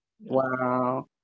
Wow